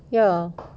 yes